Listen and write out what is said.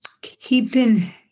keeping